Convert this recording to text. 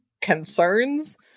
concerns